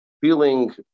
feeling